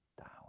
down